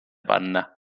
panna